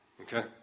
okay